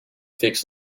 fix